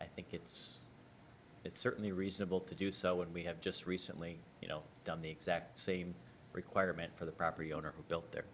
i think it's it's certainly reasonable to do so and we have just recently you know done the exact same requirement for the property owner who built there